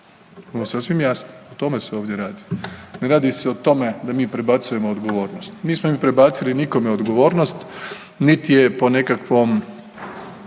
To je sasvim jasno, o tome se ovdje radi, ne radi se o tome da mi prebacujemo odgovornost. Mi smo im prebacili nikome odgovornost, niti je po nekakvom